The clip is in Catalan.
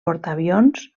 portaavions